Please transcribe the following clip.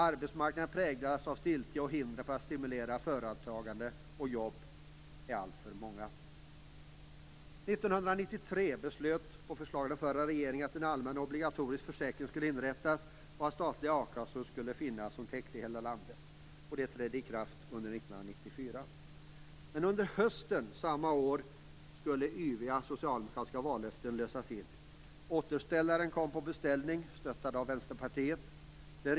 Arbetsmarknaden präglas av stiltje, och hindren för att stimulera företagande och jobb är alltför många. 1993 beslutade man på förslag av den förra regeringen att en allmän obligatorisk försäkring skulle inrättas och att statliga a-kassor skulle finnas som täckte hela landet, och detta trädde i kraft under 1994. Under hösten samma år skulle yviga socialdemokratiska vallöften infrias. Återställaren kom som på beställning stöttad av Vänsterpartiet.